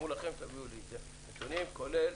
תרשמו לעצמכם ותביאו את זה לדיון הבא, כולל